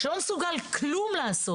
שלא מסוגל לעשות כלום.